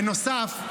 בנוסף,